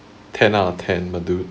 ten out of ten bad